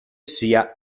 sia